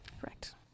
correct